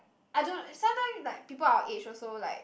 I don't know is sometimes like people in our age are also like